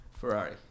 Ferrari